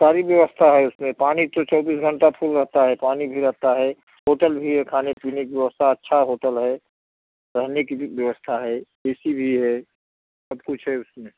सारी व्यवस्था है उसमें पानी चौबीस घंटा फुल रहता है पानी भी रहता है होटल भी है खाने पीने की व्यवस्था अच्छी होटल है रहने की भी व्यवस्था है ऐसी भी है सब कुछ है उसमें